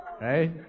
Right